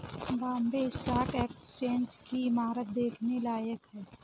Bombay stock exchange की इमारत देखने लायक है